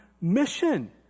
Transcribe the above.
mission